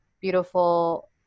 beautiful